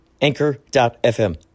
Anchor.fm